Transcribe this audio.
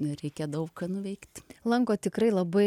reikia daug ką nuveikti lanko tikrai labai